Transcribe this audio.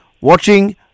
watching